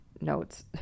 notes